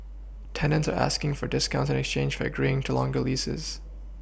tenants are asking for discounts in exchange for agreeing to longer leases